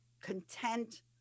content